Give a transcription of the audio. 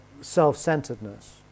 self-centeredness